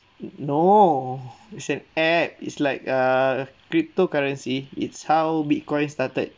no it's an app is like err cryptocurrency it's how bitcoin started